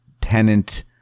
tenant